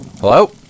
Hello